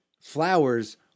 flowers